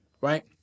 right